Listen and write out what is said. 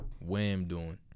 wham-doing